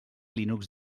linux